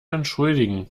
entschuldigen